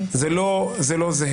זה לא זהה.